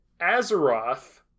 Azeroth